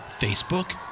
Facebook